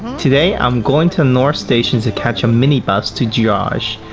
today, i am going to north station to catch a mini-bus to jerash,